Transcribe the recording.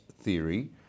theory